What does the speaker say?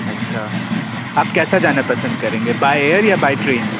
अच्छा आप कैसा जाना पसंद करेंगे बाय एयर या बाई ट्रेन